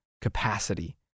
capacity